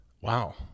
wow